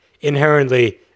inherently